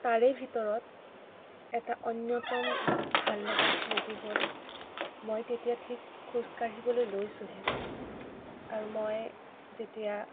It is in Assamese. তাৰে ভিতৰত এটা অন্য়তম ভাললগা স্মৃতি হ'ল মই তেতিয়া ঠিক খোজকাঢ়িবলৈ লৈছোহে আৰু মই যেতিয়া